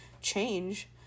change